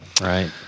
Right